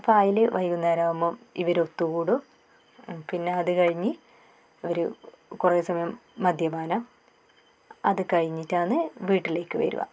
അപ്പോൾ അതിൽ വൈകുന്നേരം ആവുമ്പം ഇവർ ഒത്തു കൂടും പിന്നെ അത് കഴിഞ്ഞ് അവർ കുറെ സമയം മദ്യപാനം അത് കഴിഞ്ഞിട്ടാന്ന് വീട്ടിലേക്ക് വരുക